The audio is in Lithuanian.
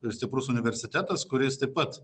ir stiprus universitetas kuris taip pat